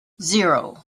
zero